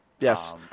Yes